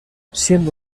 siendo